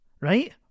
Right